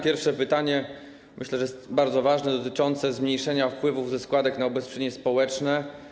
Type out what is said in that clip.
Pierwsze pytanie, myślę, że bardzo ważne, dotyczy zmniejszenia wpływów ze składek na ubezpieczenie społeczne.